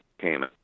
came